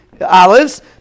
olives